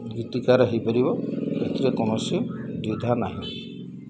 ଗୀତିକାର ହେଇପାରିବ ଏଥିରେ କୌଣସି ଦ୍ୱିଧା ନାହିଁ